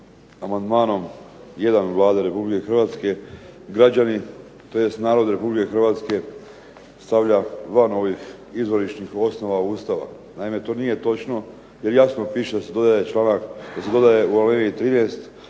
amandmanom 1. Vlade Republike Hrvatske građani tj. narod Republike Hrvatske stavlja van ovih Izvorišnih osnova Ustava. Naime, to nije točno jer jasno piše da se dodaje članak, da se dodaje u alineji 13